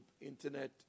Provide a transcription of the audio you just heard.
internet